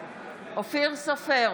אופיר סופר,